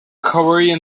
korean